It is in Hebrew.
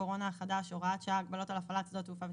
הקורונה החדש (הוראת שעה) (הגבלות על הפעלת שדות תעופה וטיסות),